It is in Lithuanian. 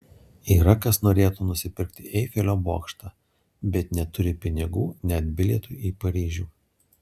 yra kas norėtų nusipirkti eifelio bokštą bet neturi pinigų net bilietui į paryžių